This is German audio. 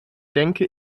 denke